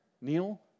Neil